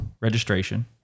registration